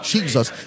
Jesus